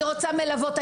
אני רוצה מלוות.